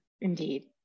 Indeed